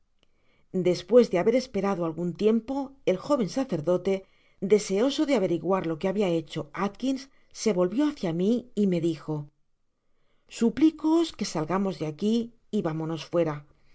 despues de haber esperado algun tiempo el jó ven sacerdote deseoso de averiguar lo que habia hecho alkins se volvio hácia mi y me dijo suplicoos que salgamos de aqui y vamonos fuera estoy seguro que